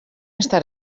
está